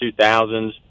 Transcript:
2000s